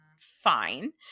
fine